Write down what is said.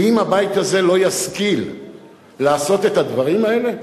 ואם הבית הזה לא ישכיל לעשות את הדברים האלה,